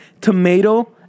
tomato